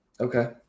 Okay